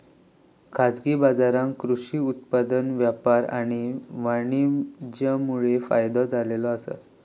खाजगी बाजारांका कृषि उत्पादन व्यापार आणि वाणीज्यमुळे फायदो झालो हा